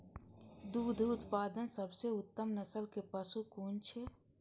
दुग्ध उत्पादक सबसे उत्तम नस्ल के पशु कुन छै?